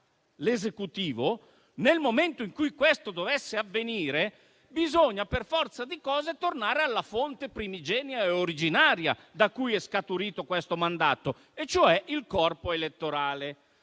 l'Esecutivo, nel momento in cui questo dovesse avvenire bisogna per forza di cose tornare alla fonte primigenia originaria da cui è scaturito questo mandato, e cioè il corpo elettorale.